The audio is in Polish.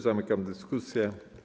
Zamykam dyskusję.